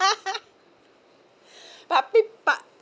but but